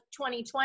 2020